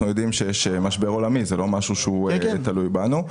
אנחנו יודעים שיש משבר עולמי וזה לא משהו שהוא תלוי בנו.